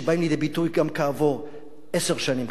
שבאים לידי ביטוי גם כעבור עשר שנים,